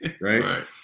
right